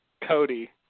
Cody